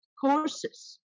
courses